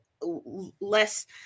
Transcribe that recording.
less